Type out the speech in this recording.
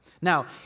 Now